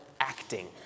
acting